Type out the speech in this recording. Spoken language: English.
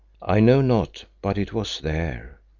i know not but it was there,